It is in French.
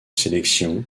sélection